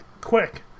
quick